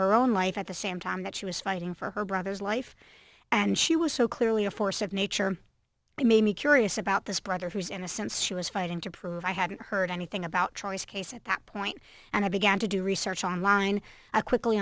her own life at the same time that she was fighting for her brother's life and she was so clearly a force of nature it made me curious about this brother who is in a sense she was fighting to prove i hadn't heard anything about choice case at that point and i began to do research online a quickly